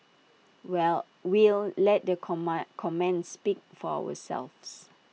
well we'll let the comma comments speak for ourselves